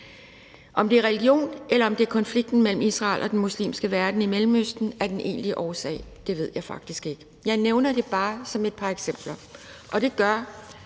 Om religion eller konflikten mellem Israel og den muslimske verden i Mellemøsten er den egentlige årsag, ved jeg faktisk ikke. Jeg nævner det bare som et par eksempler.